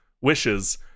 wishes